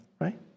right